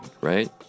right